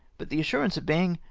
but the assurance of being,